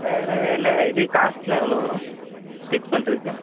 வேறு என்ன இது காஸ்ட்ல்லாம் எவ்வளோ வரும் ஸ்டிச் பண்ணுறதுக்கு